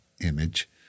image